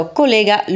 collega